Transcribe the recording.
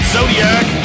Zodiac